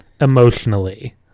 emotionally